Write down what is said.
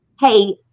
hey